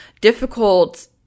difficult